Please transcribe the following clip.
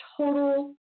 total